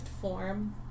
form